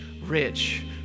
rich